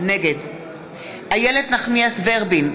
נגד איילת נחמיאס ורבין,